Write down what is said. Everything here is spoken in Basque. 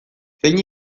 zein